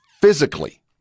physically